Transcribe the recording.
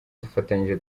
dufatanyije